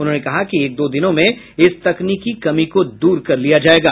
उन्होंने कहा कि एक दो दिनों में इस तकनीकी कमी को दूर कर लिया जायेगा